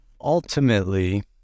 Ultimately